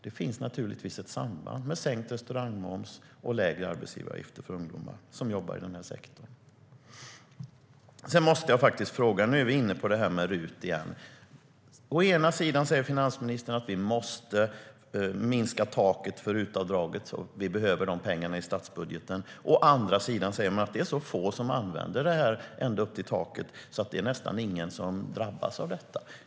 Det finns naturligtvis ett samband med sänkt restaurangmoms och lägre arbetsgivaravgifter för ungdomar, som jobbar i den här sektorn. Nu är vi inne på RUT igen. Å ena sidan säger finansministern att vi måste minska taket för RUT-avdraget, för vi behöver de pengarna i statsbudgeten. Å andra sidan säger hon att det är så få som använder RUT-avdraget ända upp till taket att det nästan inte är någon som drabbas av sänkningen.